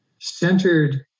centered